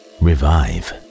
revive